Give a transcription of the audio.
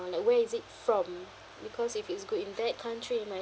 like where is it from because if it's good in that country it might